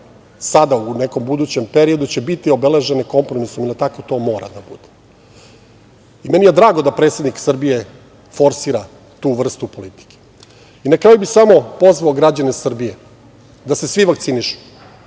sada, u nekom budućem periodu, će biti obeležene kompromisom, jer tako to mora da bude. Meni je drago da predsednik Srbije forsira tu vrstu politike. Na kraju bih samo pozvao građane Srbije da se svi vakcinišu,